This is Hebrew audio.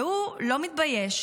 והוא לא מתבייש